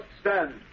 stand